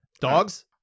Dogs